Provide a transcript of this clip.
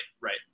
Right